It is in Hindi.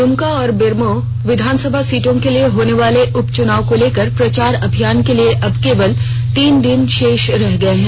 दुमका और बेरमो विधानसभा सीटों के लिए होनेवाले उपचुनाव को लेकर प्रचार अभियान के लिए अब केवल तीन दिन शेष रह गये हैं